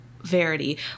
Verity